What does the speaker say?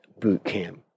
Bootcamp